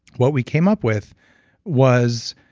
what we came up with was.